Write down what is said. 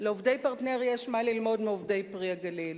לעובדי "פרטנר" יש מה ללמוד מעובדי "פרי הגליל",